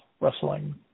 wrestling